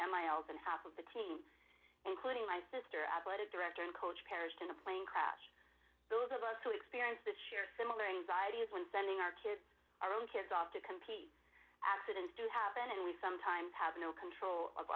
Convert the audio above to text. open half of the team including my sister athletic director and coach perished in a plane crash those of us who experience that share similar anxieties when sending our kids our own kids off to compete absence to happen and we sometimes have no control of